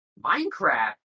Minecraft